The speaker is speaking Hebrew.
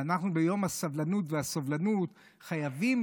ואנחנו ביום הסבלנות והסובלנות חייבים